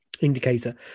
indicator